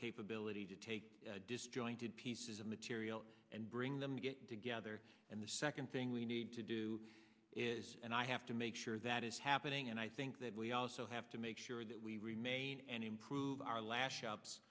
capability to take disjointed pieces of material and bring them to get together and the second thing we need to do is and i have to make sure that is happening and i think that we also have to make sure that we remain and improve our last shops